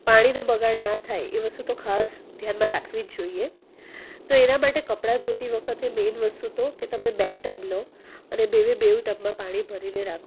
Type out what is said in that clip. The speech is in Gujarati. પાણીનો બગાડ ના થાય એ વસ્તુ તો ખાસ ધ્યાનમાં રાખવી જ જોઈએ તો એના માટે કપડા ધોતી વખતે મેન વસ્તુ તો કે તમે બે ટબ લો અને બે બે બેઉ ટબમાં પાણી ભરીને રાખો